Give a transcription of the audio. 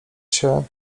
się